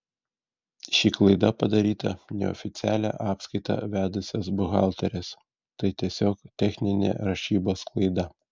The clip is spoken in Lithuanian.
ši klaida padaryta neoficialią apskaitą vedusios buhalterės tai tiesiog techninė rašybos klaida